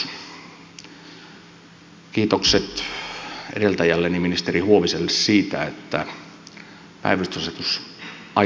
kiitokset edeltäjälleni ministeri huoviselle siitä että päivystysasetus aikaansaatiin